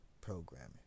Programming